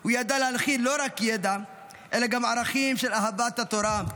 הוא ידע להנחיל לא רק ידע אלא גם ערכים של אהבת התורה,